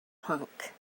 punk